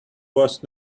was